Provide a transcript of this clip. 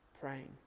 praying